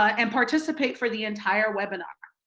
ah and participate for the entire webinar.